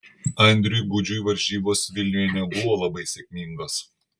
andriui gudžiui varžybos vilniuje nebuvo labai sėkmingos